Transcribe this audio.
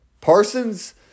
Parsons